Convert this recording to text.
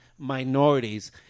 minorities